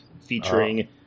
featuring